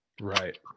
right